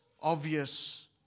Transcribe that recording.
obvious